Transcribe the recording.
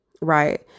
right